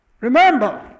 Remember